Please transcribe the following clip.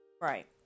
Right